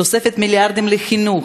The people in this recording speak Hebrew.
תוספת מיליארדים לחינוך,